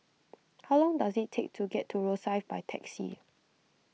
how long does it take to get to Rosyth by taxi